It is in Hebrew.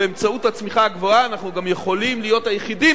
באמצעות הצמיחה הגבוהה אנחנו גם יכולים להיות היחידים